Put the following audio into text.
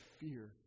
fear